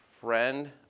friend